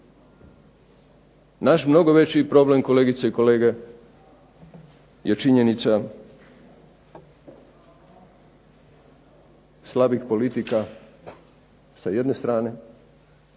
Naš mnogo veći problem kolegice i kolege je činjenica slabih politika sa jedne strane